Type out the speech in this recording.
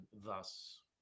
thus